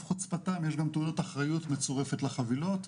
חוצפתם יש תעודת אחריות מצורפת לחבילות,